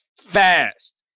fast